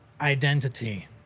identity